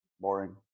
boring